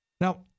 Now